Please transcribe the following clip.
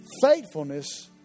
faithfulness